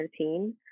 2013